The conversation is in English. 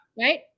right